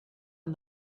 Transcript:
and